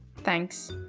thanks.